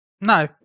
No